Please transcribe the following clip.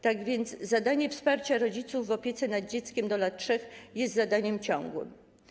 Tak więc zadanie wsparcia rodziców w opiece nad dziećmi do lat 3 jest zadaniem ciągłym.